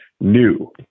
new